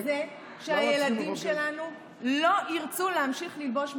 גורם לזה שהילדים שלנו לא ירצו להמשיך ללבוש מדים.